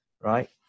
right